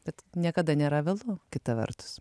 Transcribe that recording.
bet niekada nėra vėlu kita vertus